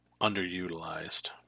underutilized